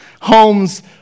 homes